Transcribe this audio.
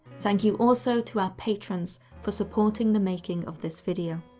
thank you also to our patrons for supporting the making of this video.